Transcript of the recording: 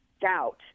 doubt